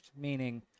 meaning